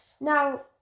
Now